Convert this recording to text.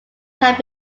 have